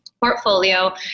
portfolio